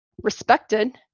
respected